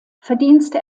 verdienste